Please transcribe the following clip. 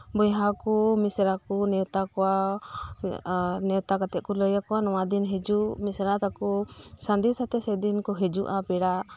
ᱵᱚᱭᱦᱟ ᱠᱚ ᱢᱤᱥᱨᱟ ᱠᱚ ᱱᱮᱶᱛᱟ ᱠᱚᱣᱟ ᱟᱨ ᱱᱮᱶᱛᱟ ᱠᱟᱛᱮᱫ ᱠᱚ ᱞᱟᱹᱭ ᱟᱠᱚᱣᱟ ᱱᱚᱶᱟ ᱫᱤᱱ ᱦᱤᱡᱩᱜ ᱢᱤᱥᱨᱟ ᱛᱟᱠᱚ ᱥᱟᱸᱫᱮᱥ ᱟᱛᱮᱫ ᱥᱮᱫᱤᱱ ᱠᱚ ᱦᱤᱡᱩᱜᱼᱟ ᱯᱮᱲᱟ